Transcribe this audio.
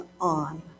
on